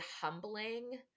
humbling